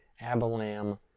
Abalam